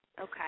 Okay